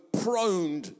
prone